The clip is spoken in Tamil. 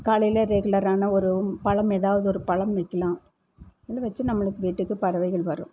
காலையில ரெகுலரான ஒரு பழம் ஏதாவது ஒரு பழம் வைக்கலாம் இது வச்சா நம்மளுக்கு வீட்டுக்கு பறவைகள் வரும்